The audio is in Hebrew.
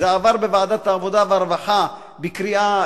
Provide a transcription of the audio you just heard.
זה עבר בוועדת העבודה והרווחה לקראת קריאה